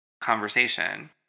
conversation